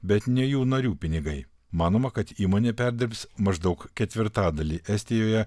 bet ne jų narių pinigai manoma kad įmonė perdirbs maždaug ketvirtadalį estijoje